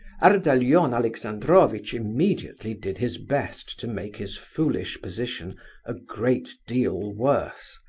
ardalion alexandrovitch immediately did his best to make his foolish position a great deal worse.